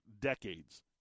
decades